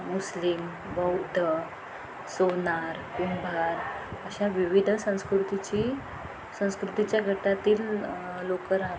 मुस्लिम बौद्ध सोनार कुंभार अशा विविध संस्कृतीची संस्कृतीच्या गटातील लोकं राहतात